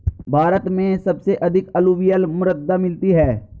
भारत में सबसे अधिक अलूवियल मृदा मिलती है